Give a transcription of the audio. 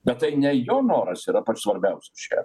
bet tai ne jo noras yra pats svarbiausias čia